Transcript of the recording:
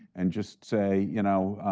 and just say, you know